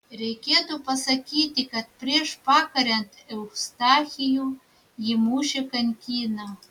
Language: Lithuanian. reikėtų pasakyti kad prieš pakariant eustachijų jį mušė kankino